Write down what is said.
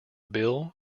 bill